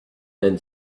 then